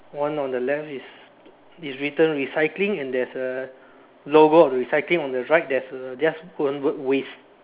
one on the left is is written recycling and there's a logo of the recycling on the right there's a just one word waste